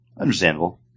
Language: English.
Understandable